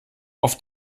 auf